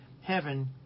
heaven